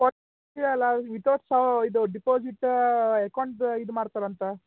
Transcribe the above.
without ಫಾ ಇದು deposit ಅಕೌಂಟ್ದು ಇದು ಮಾಡ್ತಾರಂತ